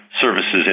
services